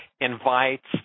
invites